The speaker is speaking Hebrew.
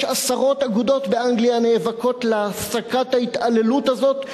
יש עשרות אגודות באנגליה הנאבקות להפסקת ההתעללות הזאת,